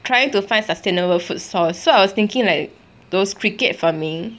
trying to find sustainable food source so I was thinking like those cricket farming